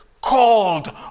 Called